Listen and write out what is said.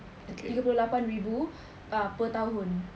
tiga puluh lapan ribu uh per tahun